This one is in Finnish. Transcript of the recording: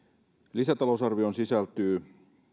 lisätalousarvioon sisältyy